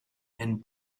and